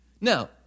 Now